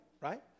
right